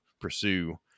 pursue